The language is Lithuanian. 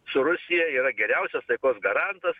su rusija yra geriausias taikos garantas